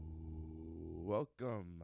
Welcome